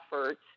efforts